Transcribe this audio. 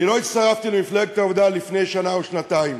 אני לא הצטרפתי למפלגת העבודה לפני שנה או שנתיים,